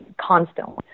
constantly